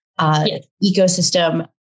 ecosystem